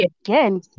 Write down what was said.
again